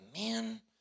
man